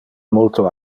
multo